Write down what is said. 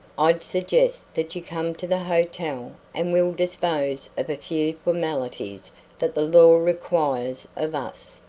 i'd suggest that you come to the hotel and we'll dispose of a few formalities that the law requires of us.